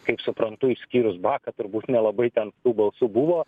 kaip suprantu išskyrus baką turbūt nelabai ten tų balsų buvo